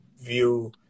view